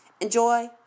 Enjoy